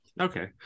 Okay